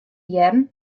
hearren